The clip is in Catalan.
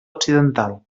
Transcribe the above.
occidental